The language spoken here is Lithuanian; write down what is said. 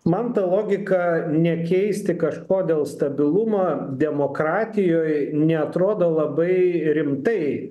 man ta logika nekeisti kažko dėl stabilumo demokratijoj neatrodo labai rimtai